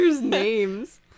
names